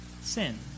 sin